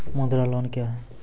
मुद्रा लोन क्या हैं?